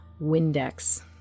Windex